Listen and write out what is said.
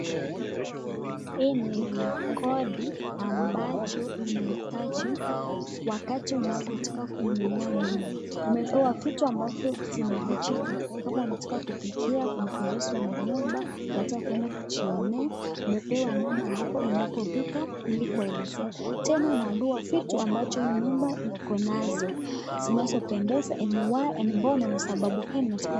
Hii ni rekodi ambacho inahitaji wakati unapotaka kuinunua nyumba. Umepewa vitu ambavyo vinahitajika kama unataka kupikia, umependezwa na nyumba, unataka kwenda kujionee. Umepewa namba hapo unapotaka upige ili kuelezea. Tena unaambiwa kitu ambacho hii nyumba iko nazo, zinazopendeza, and why and mbona na sababu gani unataka.